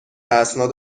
اسناد